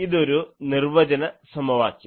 ഇതൊരു നിർവചന സമവാക്യം